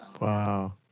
Wow